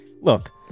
Look